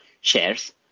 shares